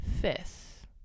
fifth